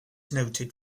noted